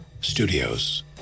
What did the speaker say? Studios